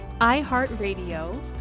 iHeartRadio